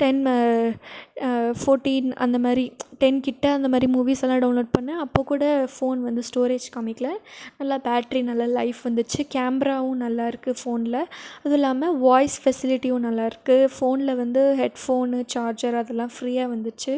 டென்னு fourteen அந்த மாதிரி டென்கிட்ட அந்த மாதிரி மூவீஸெல்லாம் டவுன்லோட் பண்ணேன் அப்போ கூட ஃபோன் வந்து ஸ்டோரேஜ் காண்மிக்கில நல்லா பேட்ரி நல்ல லைஃப் வந்துச்சு கேமராவும் நல்லாயிருக்கு ஃபோனில் அதுவும் இல்லாமல் வாய்ஸ் ஃபெசிலிட்டியும் நல்லாயிருக்கு ஃபோனில் வந்து ஹெட்ஃபோனு சார்ஜரு அதலாம் ஃப்ரீயாக வந்துச்சு